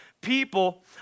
people